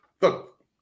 look